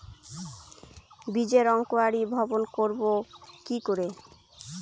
বীজের অঙ্কোরি ভবন করব কিকরে?